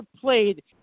played